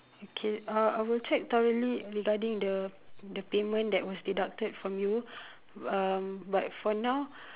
okay uh I will check thoroughly regarding the the payment that was deducted from you uh but for now